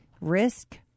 risk